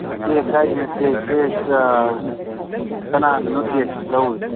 tax ꯍꯥꯏꯖꯦ ꯇꯦꯛꯁꯁꯦ ꯀꯅꯥꯅꯅꯣ ꯇꯦꯛꯁ ꯂꯧꯔꯤꯁꯦ